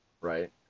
right